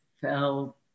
fell